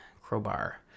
Crowbar